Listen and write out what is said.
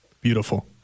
Beautiful